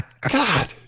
God